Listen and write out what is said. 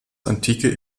antike